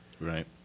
Right